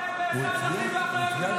מרב מיכאלי, נגד איפה החטופים?